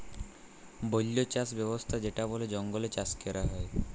বল্য চাস ব্যবস্থা যেটা বলে জঙ্গলে চাষ ক্যরা হ্যয়